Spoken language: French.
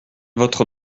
votre